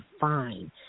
fine